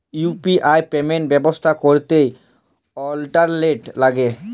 UPI payment ব্যবস্থা ক্যরতে internet ল্যাগে